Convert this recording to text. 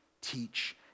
teach